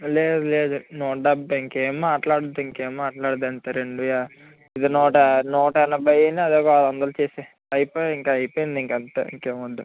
లేదు లేదు నూట డెబ్భై ఇంకేమి మాట్లాడ వద్దు ఇంకేం మాట్లాడ వద్దు అంతే రెండు ఇది నూట నూట ఎనభైను అది ఒక ఆరు వందలు చేసేయి ఐపోయ ఐపోయింది ఇంక అంతే ఇంకేమీ వద్దు